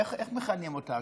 איך מכנים אותה?